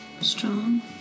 Strong